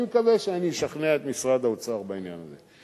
אני מקווה שאני אשכנע את משרד האוצר בעניין הזה.